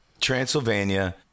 Transylvania